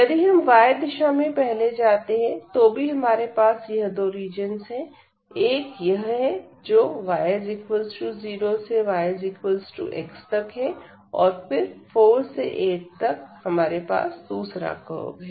यदि हम y दिशा में पहले जाते हैं तो भी हमारे पास यह दो रीजंस है एक यह है जो y0 से yx तक है और फिर 4 से 8 तक हमारे पास दूसरा कर्व है